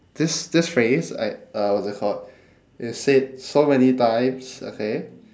this this phrase I uh what is it called is said so many times okay